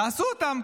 תעשו אותם.